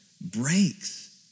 breaks